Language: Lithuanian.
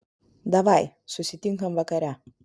davai susitinkam vakare